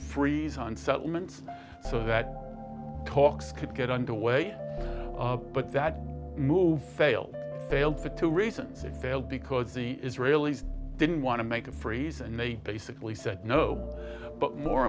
freeze on settlements so that talks could get underway but that move failed failed for two reasons it failed because the israelis didn't want to make a freeze and they basically said no but more